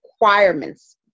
requirements